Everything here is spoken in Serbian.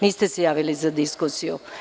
Niste se javili za diskusiju?